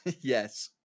Yes